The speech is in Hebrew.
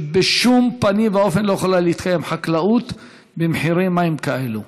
שבשום פנים ואופן לא יכולה להתקיים חקלאות במחירי מים כאלה.